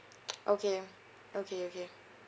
okay okay okay